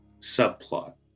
subplot